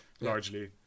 largely